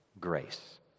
grace